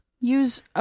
Use